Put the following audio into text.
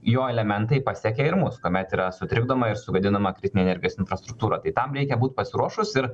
jo elementai pasiekia ir mus kuomet yra sutrikdoma ir sugadinama kritinė energijos infrastruktūra tai tam reikia būt pasiruošus ir